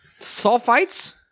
Sulfites